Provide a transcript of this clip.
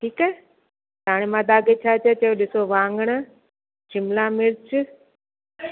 ठीकु आहे हाणे मां तव्हां खे छा छा चयो ॾिसो वांङण शिमला मिर्च